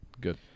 Good